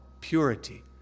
purity